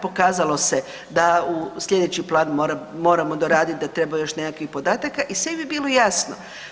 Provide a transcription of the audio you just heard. Pokazalo se da u slijedeći plan moramo doradit da treba još nekakvih podataka i sve bi bilo jasno.